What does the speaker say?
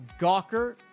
Gawker